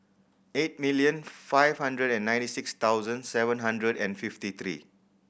eight million five hundred and ninety six thousand seven hundred and fifty three